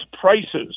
prices